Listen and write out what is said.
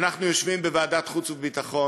אנחנו יושבים בוועדת החוץ והביטחון,